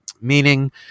meaning